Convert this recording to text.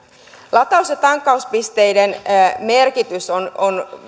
lataus ja tankkauspisteiden merkitys on on